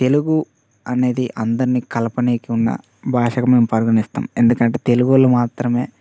తెలుగు అనేది అందర్నీ కలపనీకి ఉన్నా భాషగా మేము పరిగణిస్తాం ఎందుకంటే తెలుగోళ్ళు మాత్రమే